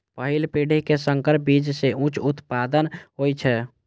पहिल पीढ़ी के संकर बीज सं उच्च उत्पादन होइ छै